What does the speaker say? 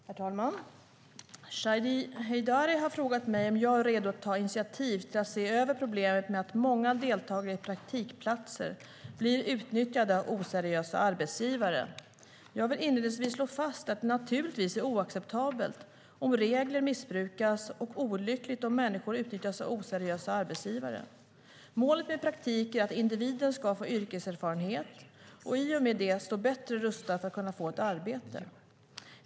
Herr talman! Shadiye Heydari har frågat mig om jag är redo att ta initiativ till att se över problemet med att många deltagare i praktikplatser blir utnyttjade av oseriösa arbetsgivare. Jag vill inledningsvis slå fast att det naturligtvis är oacceptabelt om regler missbrukas och olyckligt om människor utnyttjas av oseriösa arbetsgivare. Målet med praktik är att individen ska få yrkeserfarenhet och i och med det stå bättre rustad för att kunna få ett arbete.